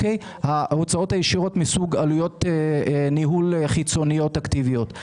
ההוצאות הישירות מסוג עלויות ניהול חיצוניות אקטיביות.